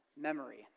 memory